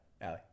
Allie